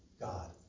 God